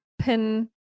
pin